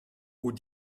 aux